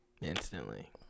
Instantly